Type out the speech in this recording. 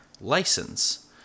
license